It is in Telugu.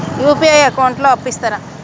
యూ.పీ.ఐ అకౌంట్ లో అప్పు ఇస్తరా?